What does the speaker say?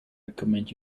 recommend